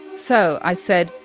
so i said,